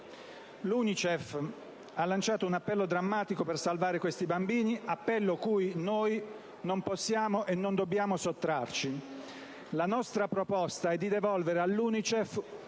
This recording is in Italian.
ha lanciato un drammatico appello per salvare questi bambini, appello a cui noi non possiamo e non dobbiamo sottrarci. La nostra proposta è di devolvere all'UNICEF